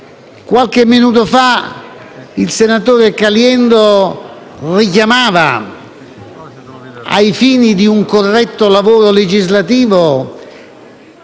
Qualche minuto fa il senatore Caliendo ha richiamato, ai fini di un corretto lavoro legislativo,